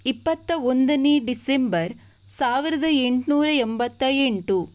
ಇಪ್ಪತ್ತ ಒಂದನೇ ಡಿಸೆಂಬರ್ ಸಾವಿರದ ಎಂಟ್ನೂರ ಎಂಬತ್ತ ಎಂಟು